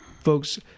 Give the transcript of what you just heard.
folks